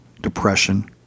depression